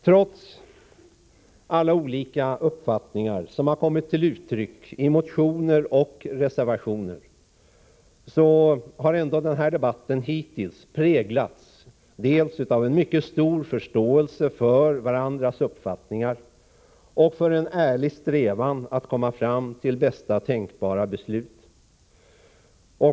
Trots alla olika uppfattningar som har kommit till uttryck i motioner och reservationer har ändå denna debatt hittills präglats dels av en mycket stor förståelse för de andras uppfattningar, dels av en ärlig strävan att komma fram till bästa tänkbara beslut.